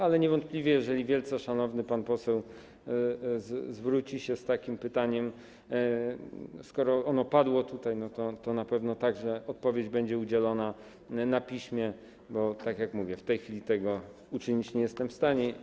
Ale niewątpliwie, jeżeli wielce szanowny pan poseł zwróci się z takim pytaniem, a ono padło tutaj, to na pewno także odpowiedź będzie udzielona na piśmie, bo tak jak mówię, w tej chwili tego uczynić nie jestem w stanie.